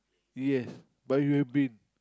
do you have but you have been